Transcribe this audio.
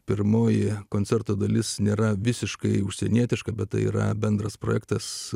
pirmoji koncerto dalis nėra visiškai užsienietiška bet tai yra bendras projektas